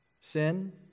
sin